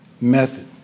method